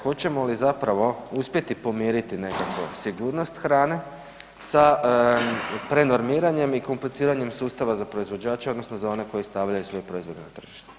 Hoćemo li zapravo uspjeti pomiriti nekakvu sigurnost hrane sa prenormiranjem i kompliciranjem sustava za proizvođače odnosno za one koji stavljaju svoje proizvode na tržište?